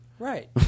Right